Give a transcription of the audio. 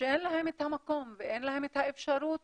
שאין להן את המקום ואין להן את האפשרות